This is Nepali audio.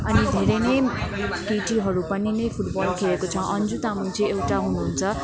अनि धेरै नै केटीहरू पनि नि फुटबल खेलेको छ अन्जु तामाङ चाहिँ एउटा हुनुहुन्छ